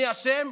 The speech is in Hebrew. מי אשם?